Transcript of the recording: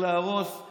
מה עשו במשך חמש שנים?